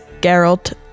Geralt